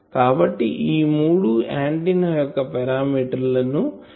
కాబట్టి ఈ మూడు ఆంటిన్నా యొక్క పారామీటర్ లను ఈ లెక్చర్ లో చూసాం